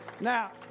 Now